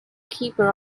keeper